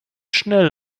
schnell